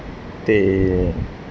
ਅਤੇ